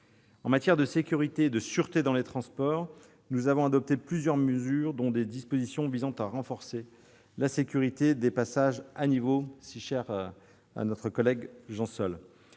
En matière de sécurité et de sûreté dans les transports, nous avons adopté plusieurs mesures, parmi lesquelles des dispositions visant à renforcer la sécurité des passages à niveau, si chère à notre collègue Jean Sol.